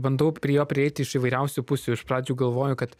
bandau prie jo prieit iš įvairiausių pusių iš pradžių galvoju kad